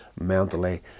mentally